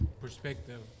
perspective